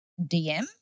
DM